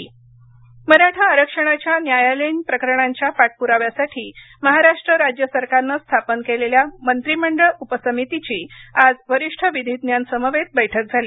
मराठा आरक्षण मराठा आरक्षणाच्या न्यायालयीन प्रकरणांच्या पाठपुराव्यासाठी महाराष्ट्र राज्य सरकारनं स्थापन केलेल्या मंत्रिमंडळ उपसमितीची आज वरिष्ठ विधीज्ञांसमवेत बैठक झाली